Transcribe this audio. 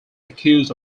accused